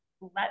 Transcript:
let